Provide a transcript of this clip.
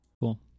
cool